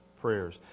prayers